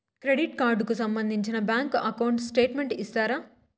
Credit card కు సంబంధించిన bank account statement ఇస్తారా?